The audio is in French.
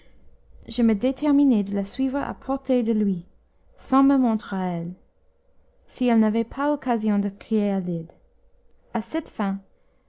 je me déterminai de la suivre à portée de l'ouïe sans me montrer à elle si elle n'avait pas occasion de crier à l'aide à cette fin